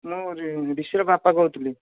ମୁଁ ଯେଉଁ ବିଶୁର ବାପା କହୁଥିଲି